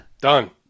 Done